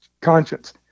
conscience